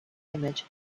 image